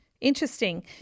Interesting